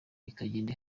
ikagenda